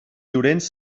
llorenç